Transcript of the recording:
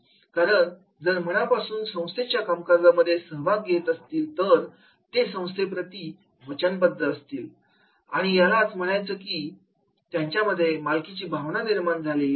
कामगार जर मनापासून संस्थेच्या कामकाजामध्ये सहभाग घेत असतील तर ते संस्थे प्रति वचनबद्ध असतात आणि यालाच म्हणायचं की त्यांच्यामध्ये मालकीची भावना निर्माण झालेली असते